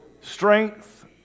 strength